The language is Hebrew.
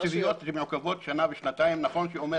הרשאות תקציביות מעוכבות שנה ושנתיים נכון שאומר